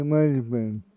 Management